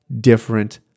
different